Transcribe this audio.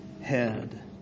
head